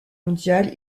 mondiale